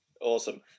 awesome